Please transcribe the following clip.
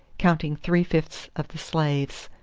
counting three-fifths of the slaves.